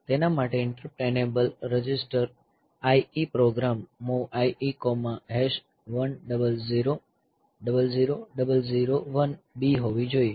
તેના માટે interrupt enable register IE program MOV IE1000 0001b હોવો જોઈએ